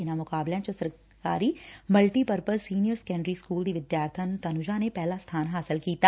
ਇਨ੍ਹਾਂ ਮੁਕਾਬਲਿਆਂ ਵਿਚ ਸਰਕਾਰੀ multi purpose senior secondary school ਦੀ ਵਿਦਿਆਰਬਣ ਤਨੁਜਾ ਨੇ ਪਹਿਲਾ ਸਬਾਨ ਹਾਸਲ ਕੀਤਾ